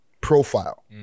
profile